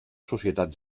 societat